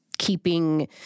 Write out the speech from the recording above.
keeping